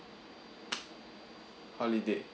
holiday